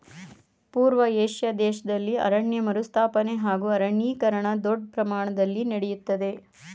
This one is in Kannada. ಪೂರ್ವ ಏಷ್ಯಾ ದೇಶ್ದಲ್ಲಿ ಅರಣ್ಯ ಮರುಸ್ಥಾಪನೆ ಹಾಗೂ ಅರಣ್ಯೀಕರಣ ದೊಡ್ ಪ್ರಮಾಣ್ದಲ್ಲಿ ನಡಿತಯ್ತೆ